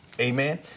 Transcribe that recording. Amen